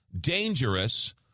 dangerous